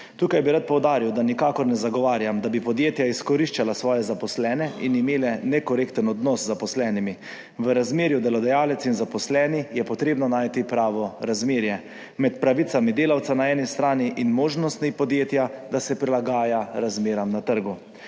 Tukaj bi rad poudaril, da nikakor ne zagovarjam, da bi podjetja izkoriščala svoje zaposlene in imela nekorekten odnos z zaposlenimi. V razmerju delodajalec in zaposleni je treba najti pravo razmerje med pravicami delavca na eni strani in na drugi strani možnostmi podjetja, da se prilagaja razmeram na trgu.